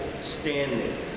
standing